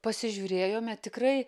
pasižiūrėjome tikrai